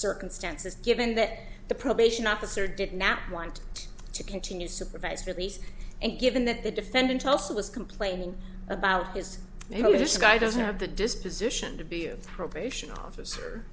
circumstances given that the probation officer did not want to continue supervised release and given that the defendant also was complaining about his maybe this guy doesn't have the disposition to be you probation officer